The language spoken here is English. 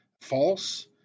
false